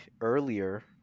earlier